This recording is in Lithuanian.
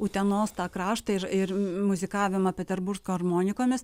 utenos tą kraštą ir ir muzikavimą peterburgsko armonikomis